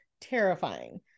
terrifying